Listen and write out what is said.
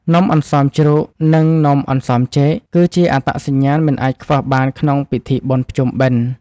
នំអន្សមជ្រូក និងនំអន្សមចេក គឺជាអត្តសញ្ញាណមិនអាចខ្វះបានក្នុងពិធីបុណ្យភ្ជុំបិណ្ឌ។